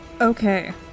Okay